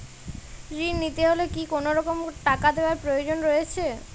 ঋণ নিতে হলে কি কোনরকম টাকা দেওয়ার প্রয়োজন রয়েছে?